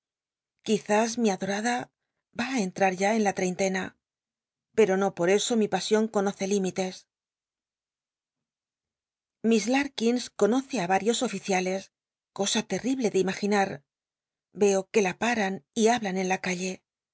nizris mi ado ada va i entl'at ya en la treintena pero no por eso mi pasion conoce limites miss lar atkins á varios oficiales cosa terrible de imaginar yeo que la pamn y hablan en la calle